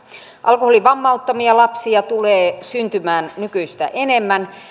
alkoholin vammauttamia lapsia tulee syntymään nykyistä enemmän